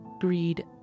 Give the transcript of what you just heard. greed